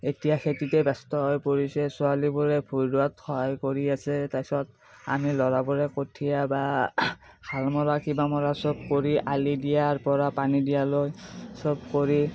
এতিয়া খেতিতে ব্যস্ত হৈ পৰিছে ছোৱালীবোৰে ভূই ৰোৱাত সহায় কৰি আছে তাৰপিছত আমি ল'ৰাবোৰে কঠীয়া বা হাল মৰা কিবা মৰা চব কৰি আলি দিয়াৰপৰা পানী দিয়ালৈ চব কৰি